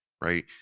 right